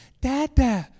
Dada